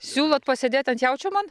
siūlot pasėdėt ant jaučio man